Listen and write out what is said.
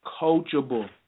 coachable